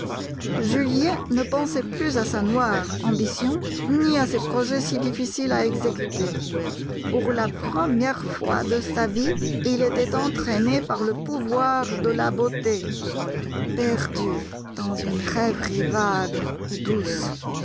julien né pensait plus à sa noire ambition ni à ses projets si difficiles à exécuter pour la première fois de sa vie il était entraîné par le pouvoir de la beauté perdu dans une rêverie vague et douce